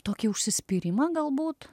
tokį užsispyrimą galbūt